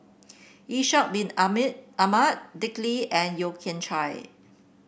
Ishak Bin Ahmad Dick Lee and Yeo Kian Chai